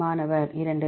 மாணவர் 2